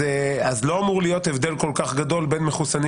לא אמור להיות הבדל כל כך גדול בין מחוסנים